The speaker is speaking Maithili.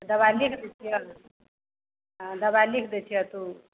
दवाइ लिखि दै छिअऽ हँ दवाइ लिखि दै छिअऽ तोँ